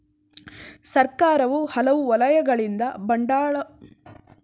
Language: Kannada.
ಸರ್ಕಾರ ಹಲವು ವಲಯಗಳಿಂದ ಬಂಡವಾಳವನ್ನು ಸಂಗ್ರಹಿಸುತ್ತದೆ